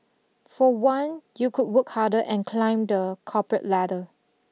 for one you could work harder and climb the corporate ladder